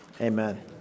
amen